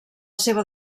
seva